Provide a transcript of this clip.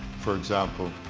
for example.